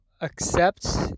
accept